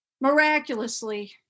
Miraculously